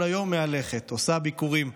כל היום מהלכת, עושה ביקורים,